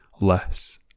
less